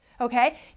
okay